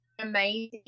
amazing